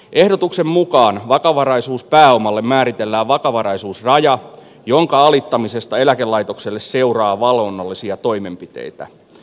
ehdotuksen mukaan vakavaraisuuspääomalle määritellään vakavaraisuusraja jonka alittamisesta eläkelaitokselle seuraa valvonnallisia toimenpiteitä